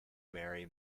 marry